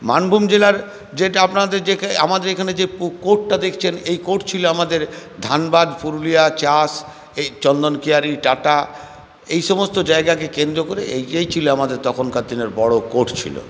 মানভূম জেলার যেটা আপনাদের আমাদের এখানে যে কোর্টটা দেখছেন এই কোর্ট ছিল আমাদের ধানবাদ পুরুলিয়া চাষ এই চন্দনকিয়াড়ি টাটা এইসমস্ত জায়গাকে কেন্দ্র করে এই ছিল আমাদের তখনকার দিনে বড়ো কোর্ট ছিল